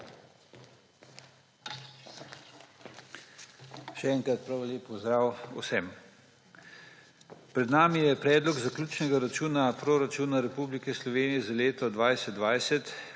Še enkrat prav lep pozdrav vsem! Pred nami je Predlog zaključnega računa Proračuna Republike Slovenije za leto 2020,